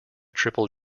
triple